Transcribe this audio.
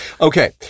Okay